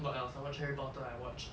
what else I watch harry potter I watch